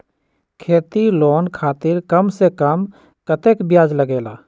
खेती लोन खातीर कम से कम कतेक ब्याज लगेला?